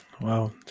wow